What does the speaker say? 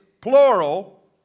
Plural